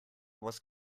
was